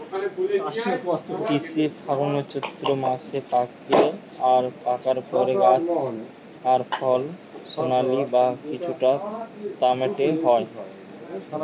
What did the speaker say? তিসি ফাল্গুনচোত্তি মাসে পাকে আর পাকার পরে গাছ আর ফল সোনালী বা কিছুটা তামাটে হয়